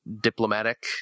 diplomatic